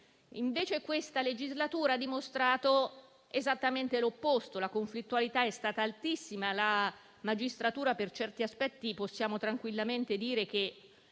Invece questa legislatura ha dimostrato esattamente l'opposto: la conflittualità è stata altissima e, per certi aspetti, possiamo tranquillamente dire che